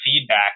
feedback